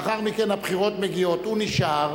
לאחר מכן הבחירות מגיעות, והוא נשאר.